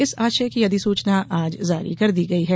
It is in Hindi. इस आशय की अधिसूचना आज जारी कर दी गई है